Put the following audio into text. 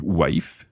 wife